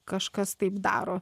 kažkas taip daro